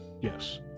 Yes